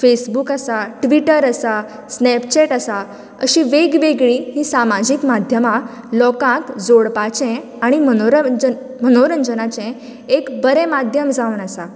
Facebook आसा Twitter आसा Snapchat आसा अशीं वेगवेगळीं हीं सामाजीक माध्यमां लोकांक जोडपाचें आनी मनोरंजन मनोरंजनाचें एक बरें माध्यम जावन आसा